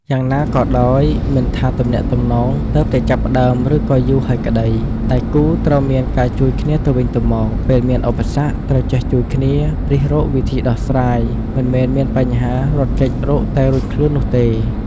យ៉ាងណាកីដោយមិនថាទំនាក់ទំនងទើបតែចាប់ផ្តើមឬក៏យូរហើយក្តី ដៃគូរត្រូវមានការជួយគ្នាទៅវិញទៅមក ពេលមានឧបសគ្គត្រូវចេះជួយគ្នារិះរកវិធីដោះស្រាយមិនមែនមានបញ្ហារត់គេចរកតែរួចខ្លួននោះទេ។